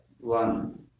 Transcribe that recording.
one